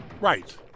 right